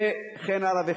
וכן הלאה,